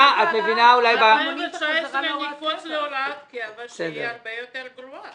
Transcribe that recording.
הוראת קבע היא הרבה יותר גרועה.